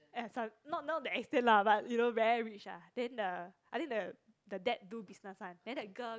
eh sor~ not not that extent lah but you know very rich ah then the I think the the dad do business one then the girl